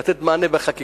לתת מענה בחקיקה,